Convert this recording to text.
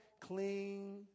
Clean